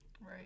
right